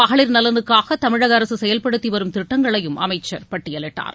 மகளிர் நலனுக்காக தமிழக அரசு செயல்படுத்தி வரும் திட்டங்களையும் அமைச்சர் பட்டியலிட்டார்